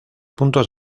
puntos